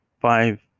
five